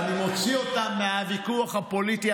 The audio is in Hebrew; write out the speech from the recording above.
ואני מוציא אותם מהוויכוח הפוליטי.